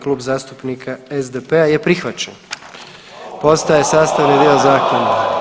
Kluba zastupnika SDP-a je prihvaćen, postaje sastavni dio zakona.